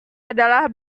adalah